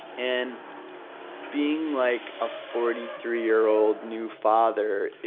and being, like, a forty three year old new father, it